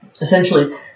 essentially